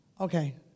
Okay